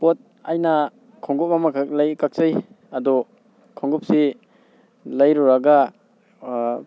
ꯄꯣꯠ ꯑꯩꯅ ꯈꯣꯡꯎꯞ ꯑꯃꯈꯛ ꯂꯩ ꯀꯛꯆꯩ ꯑꯗꯣ ꯈꯣꯡꯎꯞꯁꯤ ꯂꯩꯔꯨꯔꯒ